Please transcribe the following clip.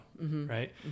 right